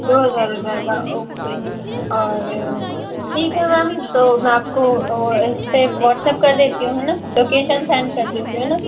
दो हज़ार हो जाएगा ओके और ठीक है मैम तो मैं आपको इस पर व्हाट्सएप कर देती हूँ है ना लोकेशन सेन्ड कर देती हूँ है ना